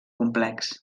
complex